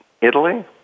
Italy